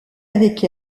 avec